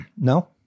No